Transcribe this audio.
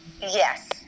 Yes